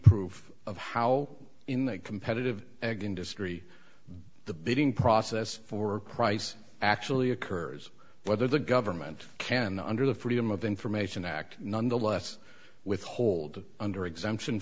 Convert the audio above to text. proof of how in the competitive egg industry the bidding process for price actually occurs whether the government can under the freedom of information act nonetheless withhold under exemption